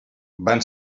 van